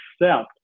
accept